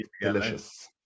delicious